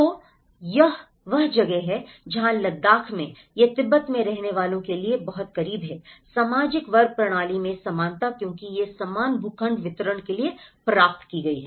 तो यह वह जगह है जहां लद्दाख में यह तिब्बत में रहने वालों के लिए बहुत करीब है सामाजिक वर्ग प्रणाली में समानता क्योंकि यह समान भूखंड वितरण के लिए प्राप्त की गई है